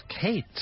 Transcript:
Kate